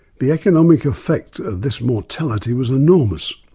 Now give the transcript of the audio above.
the economic effect of this mortality was enormous.